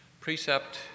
Precept